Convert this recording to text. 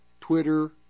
Twitter